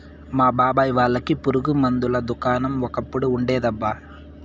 మా బాబాయ్ వాళ్ళకి పురుగు మందుల దుకాణం ఒకప్పుడు ఉండేదబ్బా